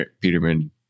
Peterman